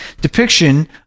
depiction